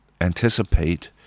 anticipate